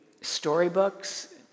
storybooks